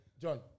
John